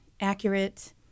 accurate